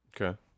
Okay